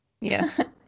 Yes